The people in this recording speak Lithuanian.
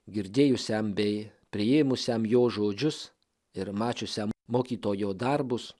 girdėjusiam bei priėmusiam jo žodžius ir mačiusiam mokytojo darbus